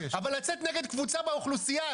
אבל לצאת נגד קבוצה באוכלוסייה?